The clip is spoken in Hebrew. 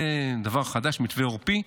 זה דבר חדש, מתווה עורפי,